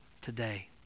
today